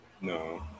No